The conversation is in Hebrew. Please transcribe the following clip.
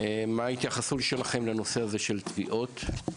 מה ההתייחסות שלכם לנושא הזה של טביעות?